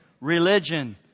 religion